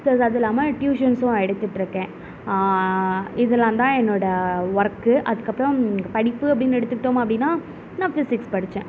plus அதுல்லாமல் டியூஷன்சும் எடுத்துட்டிருக்கேன் இதெல்லாம் தான் என்னோடய ஒர்க்கு அதுக்கு அப்பறம் படிப்பு அப்படினு எடுத்துக்கிட்டோம் அப்படினா நான் பிசிக்ஸ் படித்தேன்